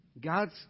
God's